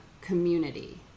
community